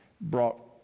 brought